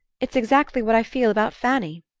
it's exactly what i feel about fanny.